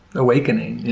awakening.